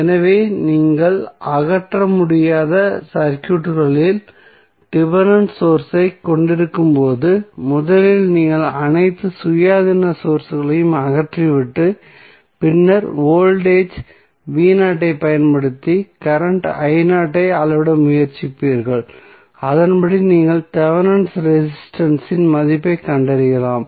எனவே நீங்கள் அகற்ற முடியாத சர்க்யூட்களில் டிபென்டென்ட் சோர்ஸ் ஐக் கொண்டிருக்கும்போது முதலில் நீங்கள் அனைத்து சுயாதீன சோர்ஸ்களையும் அகற்றிவிட்டு பின்னர் வோல்டேஜ் ஐப் பயன்படுத்தி கரண்ட் ஐ அளவிட முயற்சிப்பீர்கள் அதன்படி நீங்கள் தெவெனின் ரெசிஸ்டன்ஸ் இன் மதிப்பைக் கண்டறியலாம்